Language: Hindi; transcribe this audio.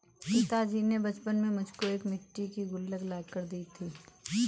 पिताजी ने बचपन में मुझको एक मिट्टी की गुल्लक ला कर दी थी